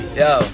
yo